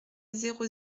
zéro